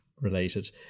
related